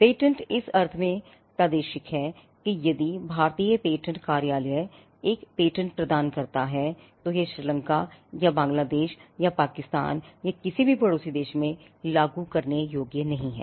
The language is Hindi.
पेटेंट इस अर्थ में प्रादेशिक हैं कि यदि भारतीय पेटेंट कार्यालय एक पेटेंट प्रदान करता है तो यह श्रीलंका या बांग्लादेश या पाकिस्तान या किसी भी पड़ोसी देश में लागू करने योग्य नहीं है